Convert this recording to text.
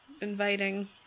inviting